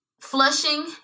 flushing